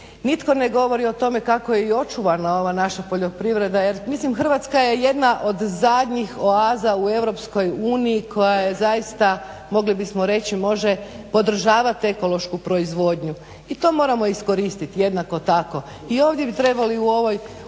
Nitko ne govori o tome kako je i očuvana ova naša poljoprivreda, jer mislim Hrvatska je jedna od zadnjih oaza u Europskoj uniji koja je zaista, moli bismo reći može podržavati ekološku proizvodnju. I to moramo iskoristiti jednako tako. I ovdje bi trebalo u ovom